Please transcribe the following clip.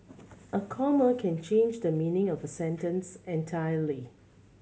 a comma can change the meaning of a sentence entirely